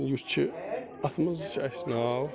یُس چھُ اَتھ منٛز اَسہِ ناو